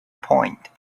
point